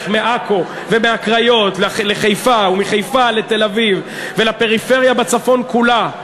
מעכו ומהקריות לחיפה ומחיפה לתל-אביב ולפריפריה בצפון כולה,